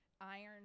Iron